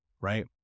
right